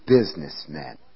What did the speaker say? businessmen